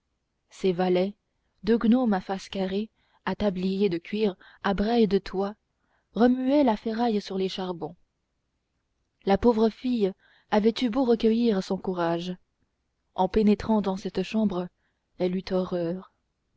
ses valets deux gnomes à face carrée à tablier de cuir à brayes de toile remuaient la ferraille sur les charbons la pauvre fille avait eu beau recueillir son courage en pénétrant dans cette chambre elle eut horreur